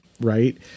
right